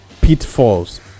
pitfalls